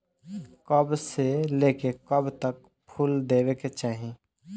कब से लेके कब तक फुल देवे के चाही?